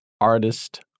artist